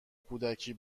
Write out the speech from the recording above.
کودکی